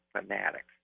fanatics